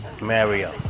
Mario